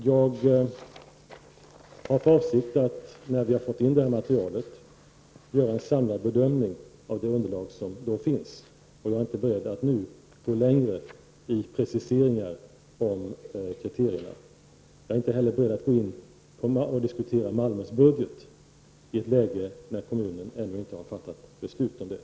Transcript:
Jag har för avsikt, att när vi har fått in materialet, göra en samlad bedömning utifrån det underlag som då finns. Jag är inte beredd att nu gå längre i preciseringar beträffande dessa kriterier. Jag är inte heller beredd att diskutera Malmös budget i ett läge där kommunen ännu inte har fattat beslut om denna.